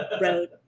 road